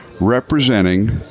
representing